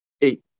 eight